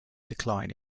decline